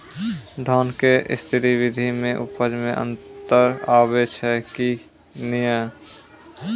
धान के स्री विधि मे उपज मे अन्तर आबै छै कि नैय?